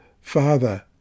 Father